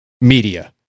media